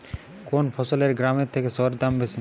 কোন ফসলের গ্রামের থেকে শহরে দাম বেশি?